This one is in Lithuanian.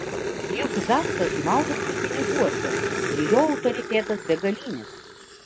juk zaksas maudosi piniguose ir jo autoritetas begalinis